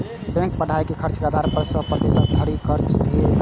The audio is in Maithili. बैंक पढ़ाइक खर्चक आधार पर सय प्रतिशत धरि कर्ज दए सकैए